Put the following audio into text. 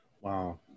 Wow